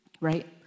right